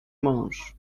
mąż